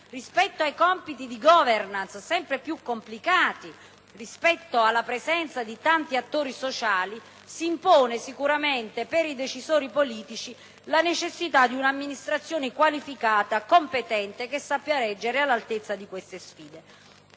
rispetto ai compiti di *governance*, sempre più complicati, rispetto alla presenza di tanti attori sociali, s'impone ai decisori politici la necessità di un'amministrazione qualificata, competente e che sappia reggere a queste sfide.